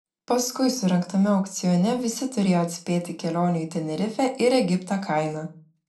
paskui surengtame aukcione visi turėjo atspėti kelionių į tenerifę ir egiptą kainą